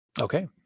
okay